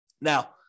Now